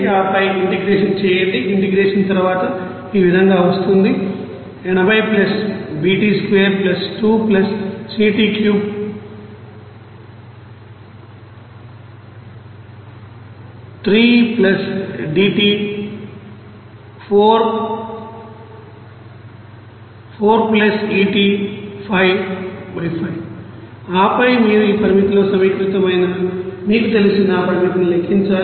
ఆపై ఇంటిగ్రేషన్ చేయండి ఇంటిగ్రేషన్ తర్వాత ఈ విధంగా వస్తుంది ఆపై మీరు ఈ పరిమితిలో సమీకృతమైన మీకు తెలిసిన పరిమితిని లెక్కించాలి